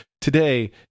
Today